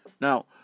Now